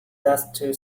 dusty